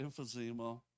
emphysema